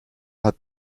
hat